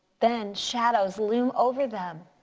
then shadows loom over them.